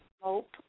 hope